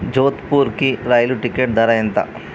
జోధ్పూర్కి రైలు టికెట్ ధర ఎంత